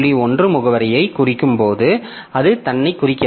1 முகவரியைக் குறிக்கும் போது அது தன்னைக் குறிக்கிறது